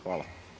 Hvala.